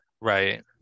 Right